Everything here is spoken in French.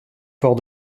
port